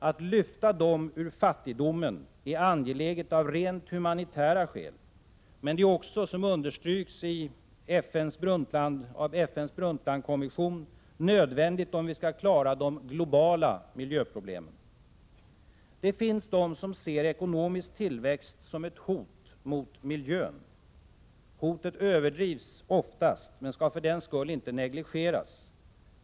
Att lyfta dem ur fattigdomen är angeläget av rent humanitära skäl, men det är också, som understyrks av FN:s Brundtlandkommission, nödvändigt om vi skall klara de globala miljöproblemen. Det finns de som ser ekonomisk tillväxt som ett hot mot miljön. Hotet överdrivs oftast men skall för den skull inte negligeras.